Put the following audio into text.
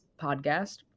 podcast